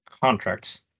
contracts